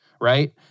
Right